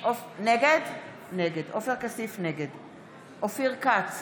נגד אופיר כץ,